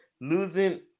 losing